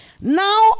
Now